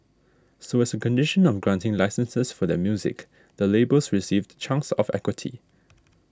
so as a condition of granting licences for their music the labels received chunks of equity